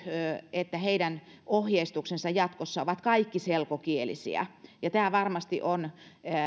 että heidän ohjeistuksensa jatkossa ovat kaikki selkokielisiä on varmasti